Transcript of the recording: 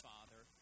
Father